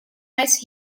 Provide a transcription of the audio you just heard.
mais